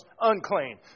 unclean